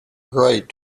great